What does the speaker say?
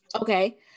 okay